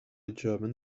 german